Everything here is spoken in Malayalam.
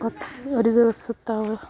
ഒരു ദിവസത്തെ ആ